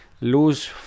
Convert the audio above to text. lose